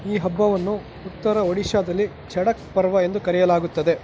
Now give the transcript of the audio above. ಈ ಹಬ್ಬವನ್ನು ಉತ್ತರ ಒಡಿಶಾದಲ್ಲಿ ಚಡಕ್ ಪರ್ವ ಎಂದು ಕರೆಯಲಾಗುತ್ತದೆ